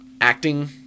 acting